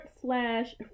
slash